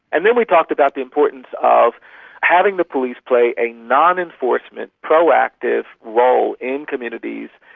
and then we talked about the importance of having the police play a non-enforcement, proactive role in communities,